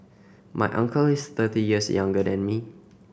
my uncle is thirty years younger than me